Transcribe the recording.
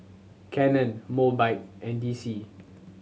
Canon Mobike and D C